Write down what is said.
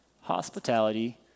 hospitality